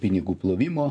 pinigų plovimo